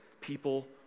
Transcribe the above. people